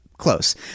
close